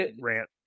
rant